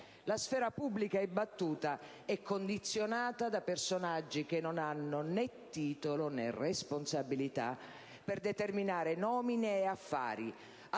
La sfera pubblica è battuta e condizionata da personaggi che non hanno né titolo né responsabilità per determinare nomine e affari,